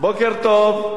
בוקר טוב.